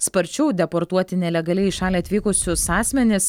sparčiau deportuoti nelegaliai į šalį atvykusius asmenis